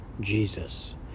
Jesus